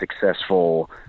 successful